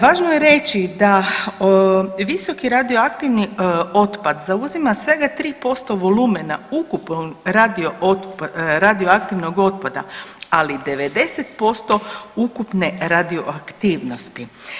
Važno je reći da visoki radioaktivni otpad zauzima svega 3% volumena ukupnog radioaktivnog otpada, ali 90% ukupne radioaktivnosti.